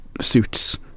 suits